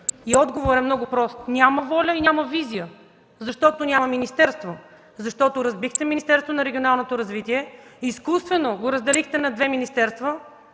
Отговорът е много прост: няма воля и няма визия, защото няма министерство, защото разбихте Министерството на регионалното развитие, изкуствено го разделихте на две министерства.